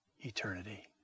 eternity